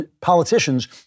politicians